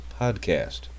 podcast